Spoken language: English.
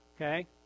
okay